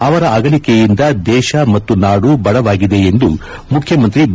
ಅವರ ಅಗಲಿಕೆಯಿಂದ ದೇಶ ಮತ್ತು ನಾಡು ಬಡವಾಗಿದೆ ಎಂದು ಮುಖ್ಯಮಂತ್ರಿ ಬಿ